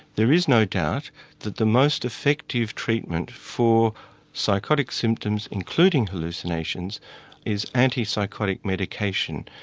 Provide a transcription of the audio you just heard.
there is no doubt that the most effective treatment for psychotic symptoms including hallucinations is anti-psychotic medication.